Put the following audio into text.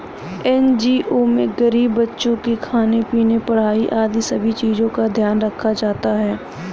NGO में गरीब बच्चों के खाने पीने, पढ़ाई आदि सभी चीजों का ध्यान रखा जाता है